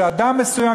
שאדם מסוים,